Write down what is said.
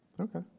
Okay